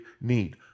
need